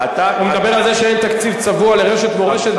הוא מדבר על זה שאין תקציב צבוע לרשת "מורשת",